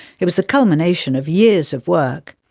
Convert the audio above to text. it was the culmination of years of work.